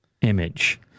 image